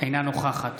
אינה נוכחת